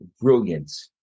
brilliant